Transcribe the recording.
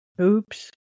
Oops